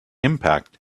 impact